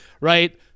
right